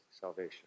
salvation